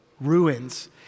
ruins